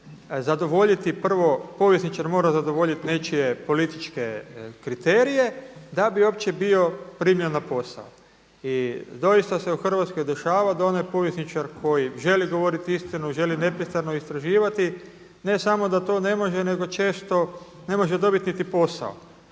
zadovoljiti, prvo povjesničar mora zadovoljiti nečije političke kriterije da bi uopće bio primljen na posao. I doista se u Hrvatskoj dešava da onaj povjesničar koji želi govoriti istinu, želi nepristrano istraživati ne samo da to ne može, nego često ne može dobiti niti posao.